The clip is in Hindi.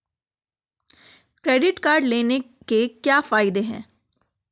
क्रेडिट कार्ड लेने के क्या फायदे हैं?